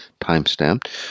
time-stamped